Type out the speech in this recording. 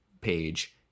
page